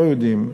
לא יודעים,